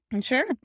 Sure